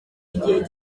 igihe